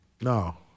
no